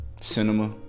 cinema